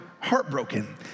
heartbroken